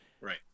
Right